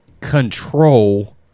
control